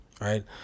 right